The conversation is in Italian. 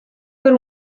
per